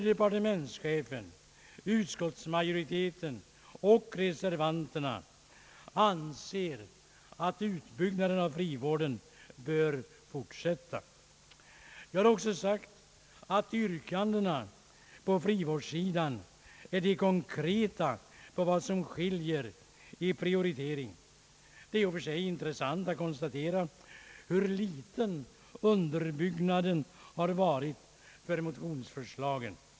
Departementschefen, utskottsmajoriteten och reservanterna anser alla att utbyggnaden av frivården bör fortsätta. Det har också sagts att yrkandena på frivårdssidan är vad som konkret skiljer i prioritering. Det är i och för sig intressant att konstatera hur föga underbyggt motionsförslaget är.